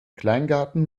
kleingarten